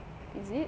is it